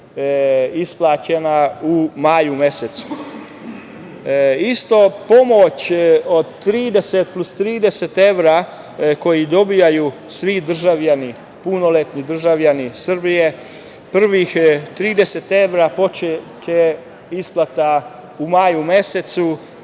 isplaćena u maju mesecu. Isto pomoć od 30 plus 30 evra koju dobijaju svi punoletni državljani Srbije. Prvi 30 evra poče će isplata u maju mesecu,